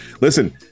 Listen